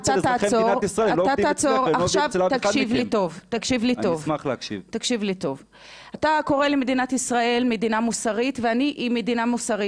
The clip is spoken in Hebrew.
גברתי --- עם כל הכבוד לך אדוני